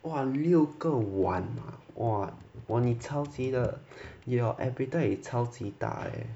!wah! 六个碗 !wah! 你超级的 your appetite is 超级大 eh